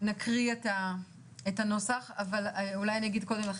נקריא את נוסח הצו?